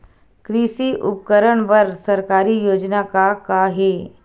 कृषि उपकरण बर सरकारी योजना का का हे?